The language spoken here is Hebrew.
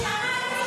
זה רק,